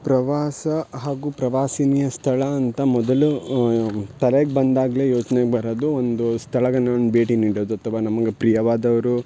ಪ್ರವಾಸ ಹಾಗೂ ಪ್ರವಾಸಿನೀಯ ಸ್ಥಳ ಅಂತ ಮೊದಲು ತಲೆಗೆ ಬಂದಾಗಲೇ ಯೋಚ್ನೆಗೆ ಬರೋದು ಒಂದು ಸ್ಥಳಗಳನ್ ಭೇಟಿ ನೀಡೋದು ಅಥವಾ ನಮಗೆ ಪ್ರಿಯವಾದವರು